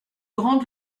grande